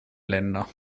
länder